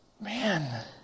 man